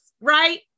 right